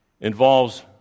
involves